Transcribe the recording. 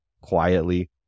quietly